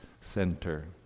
center